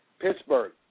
Pittsburgh